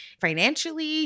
financially